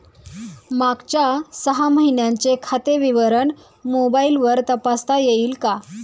मागच्या सहा महिन्यांचे खाते विवरण मोबाइलवर तपासता येईल का?